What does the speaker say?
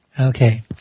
Okay